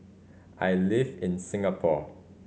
I live in Singapore